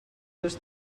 dos